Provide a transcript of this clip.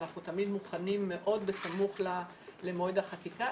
אנחנו תמיד מוכנים מאוד בסמוך למועד החקיקה,